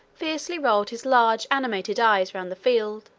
fiercely rolled his large animated eyes round the field,